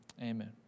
Amen